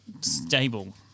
stable